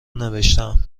نوشتهام